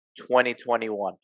2021